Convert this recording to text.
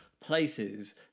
places